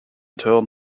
turn